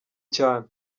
cyane